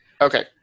okay